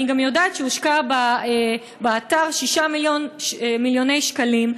אני גם יודעת שהושקעו באתר 6 מיליוני שקלים,